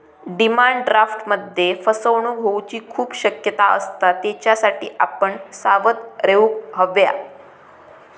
demand ड्राफ्टमध्ये फसवणूक होऊची खूप शक्यता असता, त्येच्यासाठी आपण सावध रेव्हूक हव्या